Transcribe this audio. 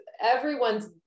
everyone's